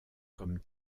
comme